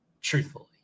Truthfully